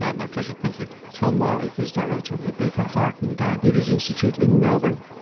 ah my pleasure, thank you. tom marwick is director of the baker heart and diabetes institute in melbourne